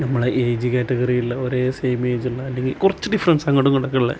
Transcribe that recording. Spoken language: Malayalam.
നമ്മളെ എയിജ് കാറ്റഗറിയിലുള്ള ഒരേ സെയിം എയ്ജുള്ള അല്ലെങ്കിൽ കുറച്ച് ഡിഫറൻസ് അങ്ങട് ഇങ്ങടൊക്കെ ഉള്ള